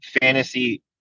fantasy